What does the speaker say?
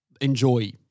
enjoy